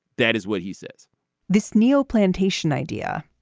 that is what he says this neo plantation idea.